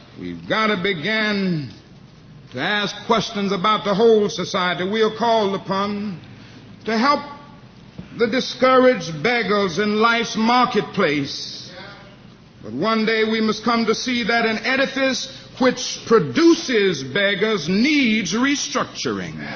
we've got to begin to ask questions about the whole society. we are called upon to help the discouraged beggars in life's marketplace. but one day we must come to see that an edifice which produces beggars needs restructuring. it